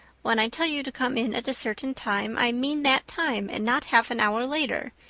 when i tell you to come in at a certain time i mean that time and not half an hour later.